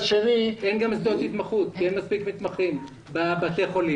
אין גם שדות התמחות כי אין מספיק מתמחים בבתי החולים.